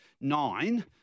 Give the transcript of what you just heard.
nine